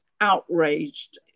outraged